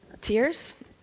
Tears